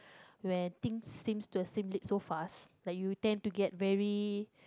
where things seems to similar so fast like you tend to get very